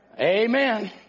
Amen